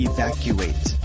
Evacuate